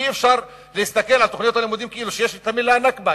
אי-אפשר להסתכל על תוכניות הלימודים כאילו יש המלה "נכבה",